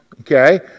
Okay